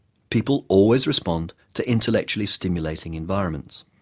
people always respond to intellectually stimulating environments.